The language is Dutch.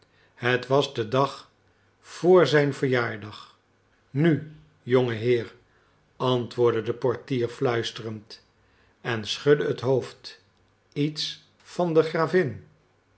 het was de dag voor zijn verjaardag nu jonge heer antwoordde de portier fluisterend en schudde het hoofd iets van de gravin